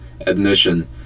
admission